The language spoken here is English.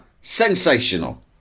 sensational